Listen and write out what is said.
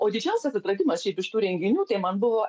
o didžiausias atradimas šiaip iš tų renginių tai man buvo